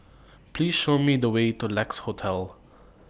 Please Show Me The Way to Lex Hotel